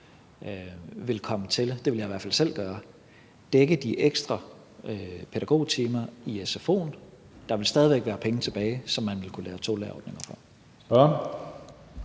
vil komme til – det ville jeg i hvert fald selv gøre – at dække de ekstra pædagogtimer i sfo'en. Der vil stadig være penge tilbage, som man vil kunne lave tolærerordninger for.